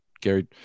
gary